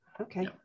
okay